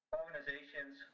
organizations